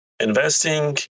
Investing